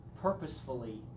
purposefully